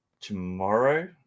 tomorrow